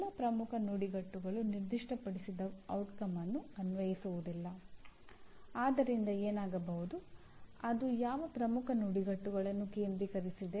ಇಲ್ಲಿ ನಾವು ಮಾಹಿತಿ ಮತ್ತು ಕಂಪ್ಯೂಟಿಂಗ್ ತಂತ್ರಜ್ಞಾನವನ್ನು ಉಲ್ಲೇಖಿಸುತ್ತಿದ್ದೇವೆ